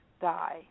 die